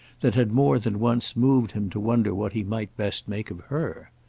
that had more than once moved him to wonder what he might best make of her.